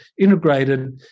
integrated